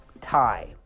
tie